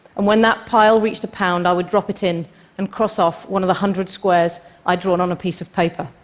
and when that pile reached a pound, i would drop it in and cross off one of the one hundred squares i'd drawn on a piece of paper.